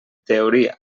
teoria